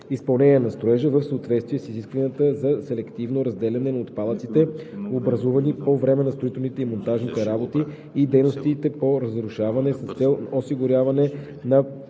изпълнение на строежа в съответствие с изискванията за селективно разделяне на отпадъците, образувани по време на строителните и монтажните работи, и дейностите по разрушаване с цел осигуряване на